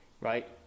right